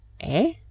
Eh